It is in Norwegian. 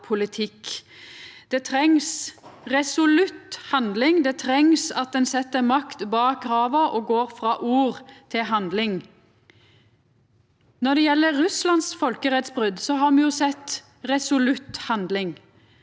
Det trengst resolutt handling. Det trengst at ein set makt bak krava og går frå ord til handling. Når det gjeld Russlands folkerettsbrot, har me sett resolutt handling,